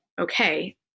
okay